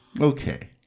okay